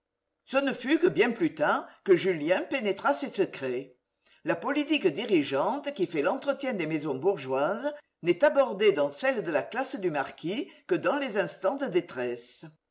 ce ne fut que bien plus tard que julien pénétra ces secrets la politique dirigeante qui fait l'entretien des maisons bourgeoises n'est abordée dans celle de la classe du marquis que dans les instants de détresse